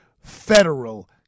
federal